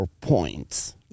points